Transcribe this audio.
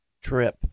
trip